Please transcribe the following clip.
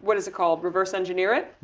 what is it called, reverse engineer it?